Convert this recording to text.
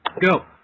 go